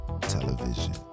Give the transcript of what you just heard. television